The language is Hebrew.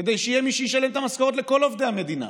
כדי שיהיה מי שישלם את המשכורת לכל עובדי המדינה.